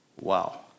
Wow